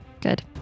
Good